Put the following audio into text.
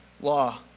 law